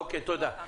תודה.